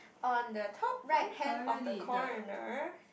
on the top right hand of the corner